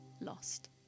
Lost